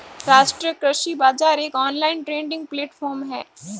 राष्ट्रीय कृषि बाजार एक ऑनलाइन ट्रेडिंग प्लेटफॉर्म है